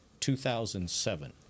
2007